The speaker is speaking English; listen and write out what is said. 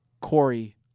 Corey